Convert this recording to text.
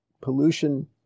pollution